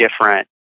different